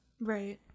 Right